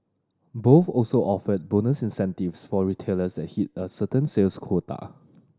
both also offered bonus incentives for retailers that hit a certain sales quota